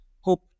Hope